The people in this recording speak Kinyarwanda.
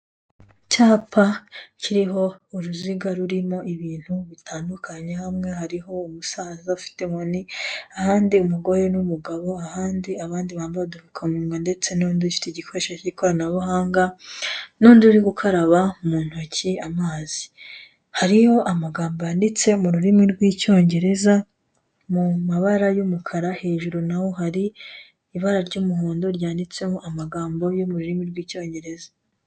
Icyapa kiriho uruziga rurimo ibintu bitandukanye hamwe hariho umusaza ufite inkoni, ahandi umugore n'umugabo ahandi abandi bambaye udupfukamunwa ndetse n'undi ufite igikoresho cy'ikoranabuhanga, n'undi uri gukaraba mu ntoki amazi, hariho amagambo yanditse mu rurimi rw'icyongereza mu mabara y'umukara hejuru na ho hari ibara ry'umuhondo ryanditseho amagambo yo mu rurimi rw'icyongereza.